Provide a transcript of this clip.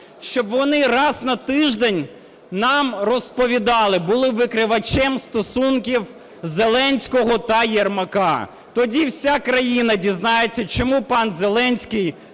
Щоб вони раз на тиждень нам розповідали, були викривачем стосунків Зеленського та Єрмака. Тоді вся країна дізнається, чому пан Зеленський